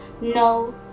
No